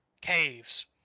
caves